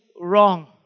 wrong